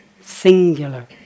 singular